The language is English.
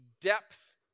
depth